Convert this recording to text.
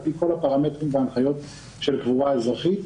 פי כל הפרמטרים וההנחיות של קבורה אזרחית.